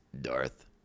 Darth